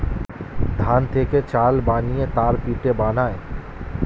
ধান থেকে চাল বানিয়ে তার পিঠে বানায়